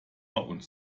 und